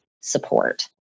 support